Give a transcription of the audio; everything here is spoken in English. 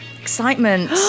Excitement